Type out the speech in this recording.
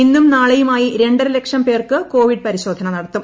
ഇന്നും നാളെയുമായി രണ്ടര ലക്ഷം പേർക്ക് കോവിഡ് പരിശോധന നടത്തും